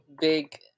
big